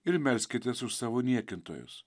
ir melskitės už savo niekintojus